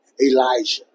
Elijah